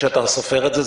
כשאתה סופר את זה,